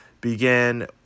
began